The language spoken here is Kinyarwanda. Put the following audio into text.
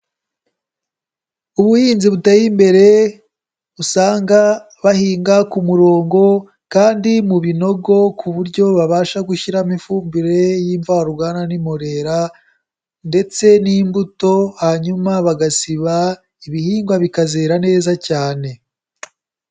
Ubuhinzi buteye imbere usanga bahinga ku murongo kandi mu binogo, ku buryo babasha gushyiramo ifumbire y'imvaruganda n'imborera ndetse n'imbuto, hanyuma bagasiba ibihingwa bikazera neza cyane.